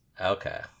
Okay